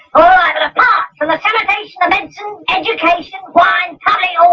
ah um and ah from the sanitation, the medicine, education, wine,